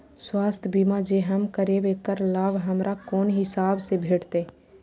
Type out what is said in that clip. स्वास्थ्य बीमा जे हम करेब ऐकर लाभ हमरा कोन हिसाब से भेटतै?